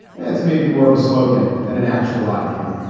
and it's maybe more of a slogan than an actual idea.